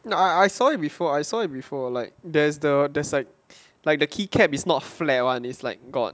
I I saw it before I saw it before like there's the there's like like the key cap is not flat [one] is like got